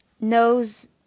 knows